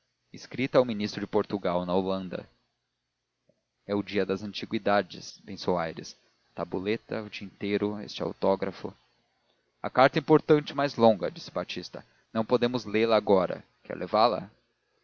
escrita ao ministro de portugal na holanda é o dia das antiguidades pensou aires a tabuleta o tinteiro este autógrafo a carta é importante mas longa disse batista não podemos lê-la agora quer levá-la